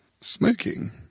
smoking